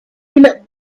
peanut